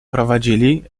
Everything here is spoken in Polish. prowadzili